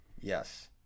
Yes